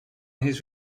his